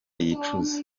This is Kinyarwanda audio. yicuza